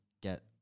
get